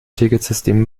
ticketsystem